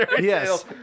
Yes